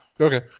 Okay